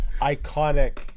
iconic